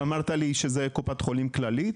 אמרתי לי שזה קופת חולים כללית,